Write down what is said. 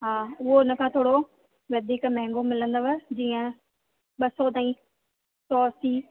हा उहो इन खां थोरो वधीक महांगो मिलंदव जीअं ॿ सौ ताईं प्रोसी